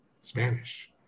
Spanish